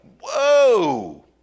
whoa